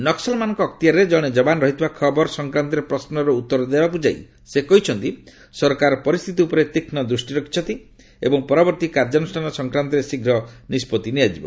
ନକ୍କଲମାନଙ୍କ ଅକ୍ତିଆରରେ ଜଣେ ଯବାନ ରହିଥିବା ଖବର ସଫକ୍ରାନ୍ତରେ ପ୍ରଶ୍ୱର ଉତ୍ତର ଦେବାକୁ ଯାଇ ସେ କହିଛନ୍ତି ସରକାର ପରିସ୍ଥିତି ଉପରେ ତୀକ୍ଷ୍ଣ ଦୃଷ୍ଟି ରଖିଛନ୍ତି ଏବଂ ପରବର୍ତ୍ତୀ କାର୍ଯ୍ୟାନୁଷ୍ଠାନ ସଂକ୍ରାନ୍ତରେ ଶୀଘ୍ର ନିଷ୍କଭି ନିଆଯିବ